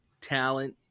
talent